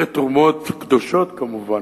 אלה תרומות קדושות, כמובן.